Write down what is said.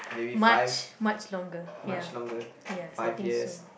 much much longer ya yes I think so